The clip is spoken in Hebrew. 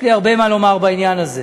יש לי הרבה מה לומר בעניין הזה,